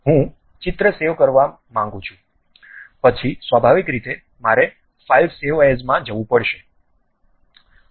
હું ચિત્ર સેવ કરવા માંગું છું પછી સ્વાભાવિક રીતે મારે ફાઇલ સેવ એસમાં જવું પડશે